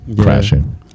crashing